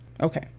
Okay